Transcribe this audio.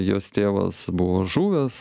jos tėvas buvo žuvęs